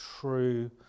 true